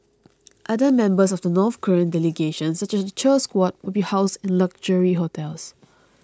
other members of the North Korean delegation such as the cheer squad will be housed in luxury hotels